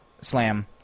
slam